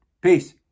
Peace